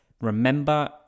remember